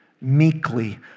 meekly